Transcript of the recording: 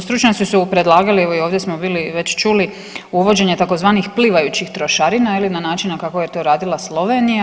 Stručnjaci su predlagali evo i ovdje smo bili već čuli uvođenje tzv. plivajućih trošarina na način kako je to radila Slovenija.